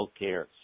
healthcare